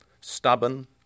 Stubborn